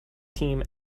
team